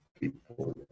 people